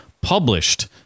published